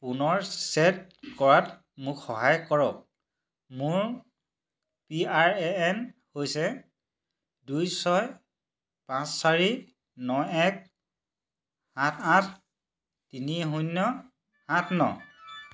পুনৰ ছেট কৰাত মোক সহায় কৰক মোৰ পি আৰ এ এন হৈছে দুই ছয় পাঁচ চাৰি ন এক সাত আঠ তিনি শূন্য সাত ন